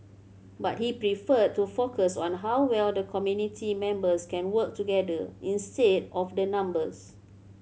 but he preferred to focus on how well the committee members can work together instead of the numbers